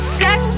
sex